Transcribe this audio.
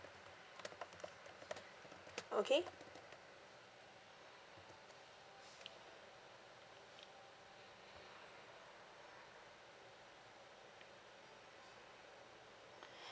okay